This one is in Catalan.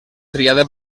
triada